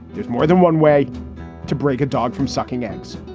there's more than one way to break a dog from sucking eggs.